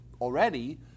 already